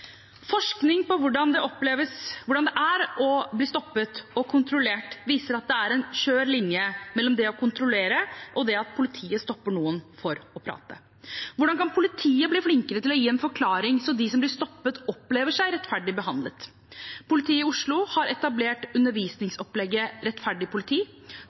Forskning på hvordan det er å bli stoppet og kontrollert, viser at det er en skjør linje mellom det å kontrollere og det at politiet stopper noen for å prate. Hvordan kan politiet bli flinkere til å gi en forklaring, så de som blir stoppet, opplever seg rettferdig behandlet? Politiet i Oslo har etablert undervisningsopplegget «Rettferdig politi»